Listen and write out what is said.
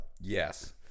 Yes